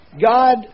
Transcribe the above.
God